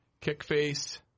Kickface